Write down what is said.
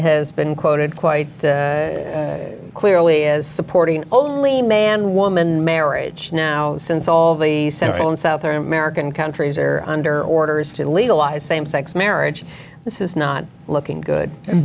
has been quoted quite clearly as supporting only man woman marriage now since all the central and south american countries are under orders to legalize same sex marriage this is not looking good